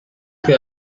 que